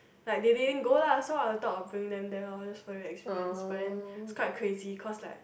like they didn't go lah so I was thought of bringing them there loh just for the experience but then it was quite crazy because like